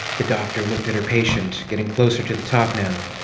the doctor looked at her patient, getting closer to the top now.